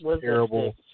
Terrible